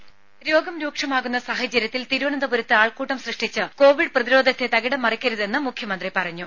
voice രേര രോഗം രൂക്ഷമാകുന്ന സാഹചര്യത്തിൽ തിരുവനന്തപുരത്ത് ആൾക്കൂട്ടം സൃഷ്ടിച്ച് കോവിഡ് പ്രതിരോധത്തെ തകിടം മറിക്കരുതെന്ന് മുഖ്യമന്ത്രി പറഞ്ഞു